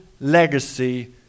legacy